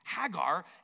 Hagar